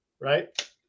right